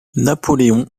napoléon